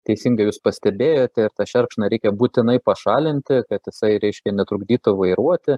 teisingai jūs pastebėjote ir tą šerkšną reikia būtinai pašalinti kad jisai reiškia netrukdytų vairuoti